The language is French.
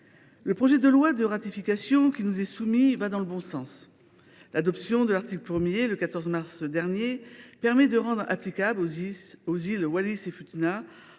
le projet de loi de ratification qui nous est soumis va dans le bon sens. L’adoption de l’article 1, le 14 mars dernier, permet de rendre applicables aux îles Wallis et Futuna,